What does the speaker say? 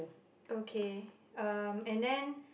okay um and then